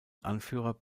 anführer